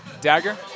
Dagger